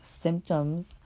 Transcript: symptoms